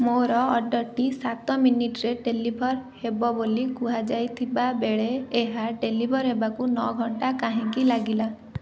ମୋର ଅର୍ଡ଼ରଟି ସାତ ମିନିଟ୍ରେ ଡେଲିଭର୍ ହେବ ବୋଲି କୁହାଯାଇଥିବା ବେଳେ ଏହା ଡେଲିଭର୍ ହେବାକୁ ନଅ ଘଣ୍ଟା କାହିଁକି ଲାଗିଲା